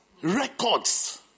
records